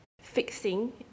fixing